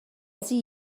sie